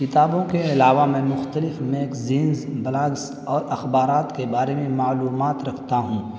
کتابوں کے علاوہ میں مختلف میگزینس بلاگس اور اخبارات کے بارے میں معلومات رکھتا ہوں